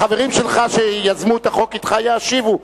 החברים שלך, שיזמו את החוק אתך, ישיבו.